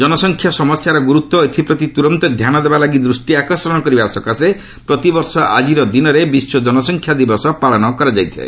ଜନସଂଖ୍ୟା ସମସ୍ୟାର ଗୁରୁତ୍ୱ ଓ ଏଥିପ୍ରତି ତୁରନ୍ତ ଧ୍ୟାନ ଦେବା ଲାଗି ଦୃଷ୍ଟିଆକର୍ଷଣ କରିବା ସକାଶେ ପ୍ରତିବର୍ଷ ଆଜିର ଦିନରେ ବିଶ୍ୱ କନସଂଖ୍ୟା ଦିବସ ପାଳନ କରାଯାଇଥାଏ